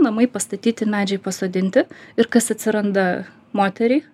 namai pastatyti medžiai pasodinti ir kas atsiranda moteriai